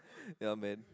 ya man